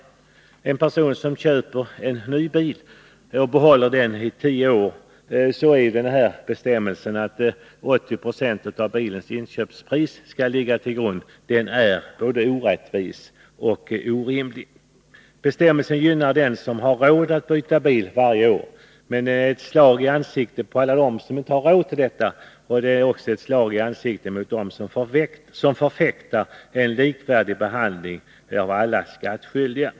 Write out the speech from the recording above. För en person som köper en ny bil och behåller den i tio år är bestämmelsen om att 80 20 av bilens inköpspris skall ligga till grund för beräkningen av räntetillägget både orättvis och orimlig. Bestämmelsen gynnar dem som har råd att byta bil varje år, men är ett slag i ansiktet på alla dem som inte har råd till detta och också på dem som förfäktar en likvärdig behandling av alla skattskyldiga.